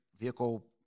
vehicle